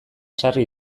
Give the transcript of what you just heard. sarri